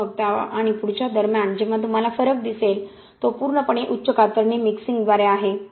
आणि मग त्या आणि पुढच्या दरम्यान जेव्हा तुम्हाला फरक दिसेल तो पूर्णपणे उच्च कातरणे मिक्सिंगद्वारे आहे